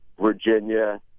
Virginia